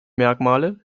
merkmale